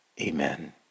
Amen